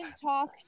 talk